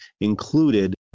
included